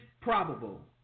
probable